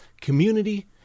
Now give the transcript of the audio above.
community